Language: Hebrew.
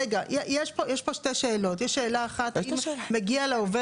רגע, תן לי לסיים.